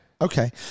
Okay